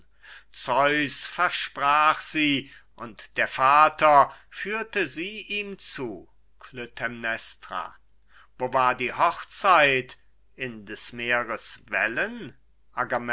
zeus versprach sie und der vater führte sie ihm zu klytämnestra wo war die hochzeit in des